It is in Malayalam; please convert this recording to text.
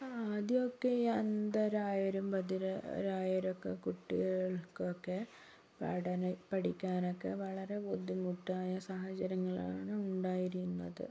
ആദ്യമൊക്കെ ഈ അന്ധരായരും ബധിരരായരും കുട്ടികൾകൊക്കെ പഠന പഠിക്കാനൊക്കെ വളരെ ബുദ്ധിമുട്ടായ സാഹചര്യങ്ങൾ ആണുണ്ടായിരുന്നത്